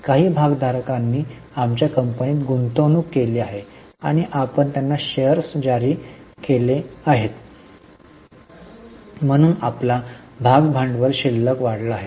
काही भागधारकांनी आमच्या कंपनीत गुंतवणूक केली आहे आणि आपण त्यांना शेअर्स जारी केले आहेत म्हणूनच आपला भाग भांडवल शिल्लक वाढला आहे